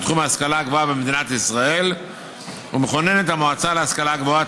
בתחום ההשכלה הגבוהה במדינת ישראל ומכונן את המועצה להשכלה גבוהה,